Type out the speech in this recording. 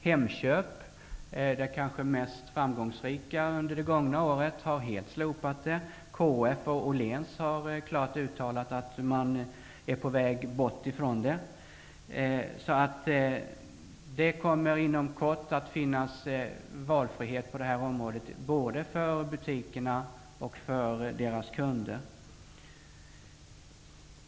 Hemköp, det kanske mest framgångsrika företaget under det gångna året, har helt slopat dem. KF och Åhléns har klart uttalat att man är på väg bort från dem. Det kommer alltså inom kort att finnas valfrihet på det här området både för butikerna och för deras kunder.